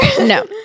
No